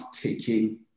taking